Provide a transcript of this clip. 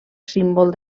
símbol